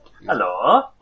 Hello